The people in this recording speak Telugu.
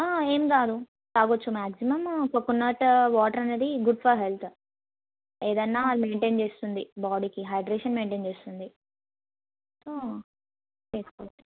ఏం కాదు తాగొచ్చు మ్యాగ్జీమం కోకోనట్ వాటర్ అనేది గుడ్ ఫర్ హెల్త్ ఏదన్నా మెయింటెన్ చేస్తుంది బాడీకి హైడ్రెషన్ మెయింటెన్ చేస్తుంది సో చేసుకోవచ్చు